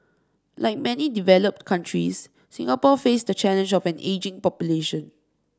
like many developed countries Singapore faces the challenge of an ageing population